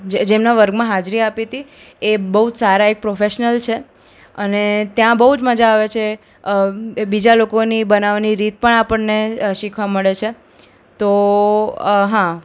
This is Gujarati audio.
જે જેમના વર્ગમાં હાજરી આપી હતી એ બહુ જ સારા એક પ્રોફેશનલ છે અને ત્યાં બહુ જ મજા આવે છે બીજા લોકોની બનાવવાની રીત પણ આપણને શીખવા મળે છે તો હા